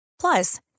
Plus